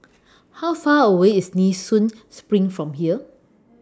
How Far away IS Nee Soon SPRING from here